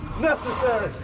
necessary